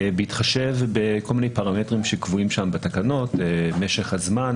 בהתחשב בכל מיני פרמטרים שקבועים שם בתקנות כמו משך הזמן,